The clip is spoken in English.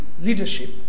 leadership